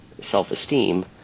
self-esteem